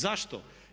Zašto?